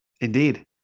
indeed